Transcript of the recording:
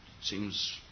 seems